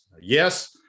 Yes